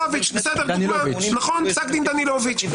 פסק דין דנילוביץ'.